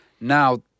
now